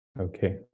Okay